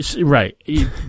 right